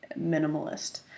minimalist